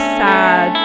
sad